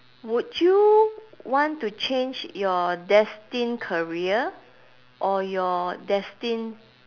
would you want to change your destined career or your destined